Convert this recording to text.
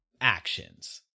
actions